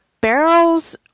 Barrels